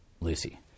Lucy